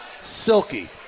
silky